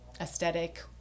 aesthetic